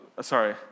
Sorry